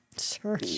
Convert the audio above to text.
Sure